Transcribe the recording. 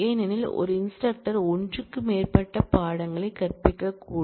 ஏனெனில் ஒரே இன்ஸ்டிரக்டர் ஒன்றுக்கு மேற்பட்ட பாடங்களை கற்பிக்கக்கூடும்